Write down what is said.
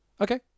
Okay